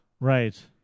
Right